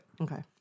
Okay